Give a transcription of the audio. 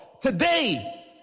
today